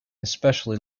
especially